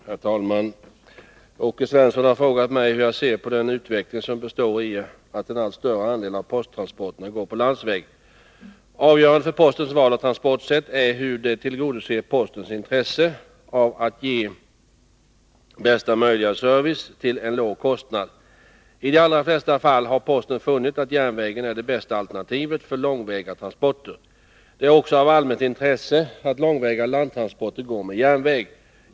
Herr talman! Åke Svensson har frågat mig hur jag ser på den utveckling som består i att en allt större andel av posttransporterna går på landsväg. Avgörande för postens val av transportsätt är hur det tillgodoser postens intresse av att ge bästa möjliga service till en låg kostnad. I de allra flesta fall har posten funnit att järnvägen är det bästa alternativet för långväga transporter. Det är också av allmänt intresse att långväga landtransporter går med järnväg.